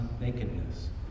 nakedness